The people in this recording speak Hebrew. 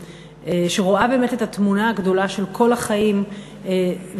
שרואה באמת את התמונה הגדולה של כל החיים וכל